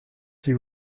s’il